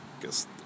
guess